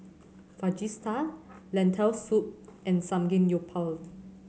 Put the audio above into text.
Fajitas Lentil Soup and Samgeyopsal